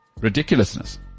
ridiculousness